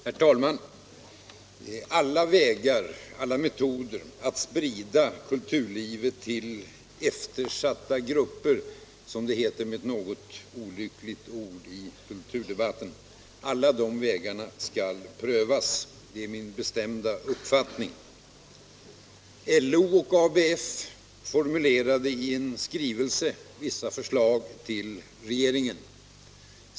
Herr talman! Alla vägar och metoder att sprida kulturlivet till eftersatta grupper, som det med ett något olyckligt ordval heter i kulturdebatten, skall prövas — det är min bestämda uppfattning. LO och ABF formulerade vissa förslag i en skrivelse till regeringen.